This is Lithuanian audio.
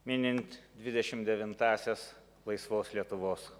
minint dvidešim devintąsias laisvos lietuvos